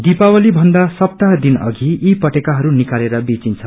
दीपावली भन्दा सप्ताह दिन अघि यी पटेकाहरू निकालेर बेचिन्छ